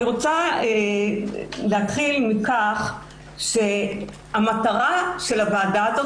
אני רוצה להתחיל מכך שהמטרה של הוועדה הזאת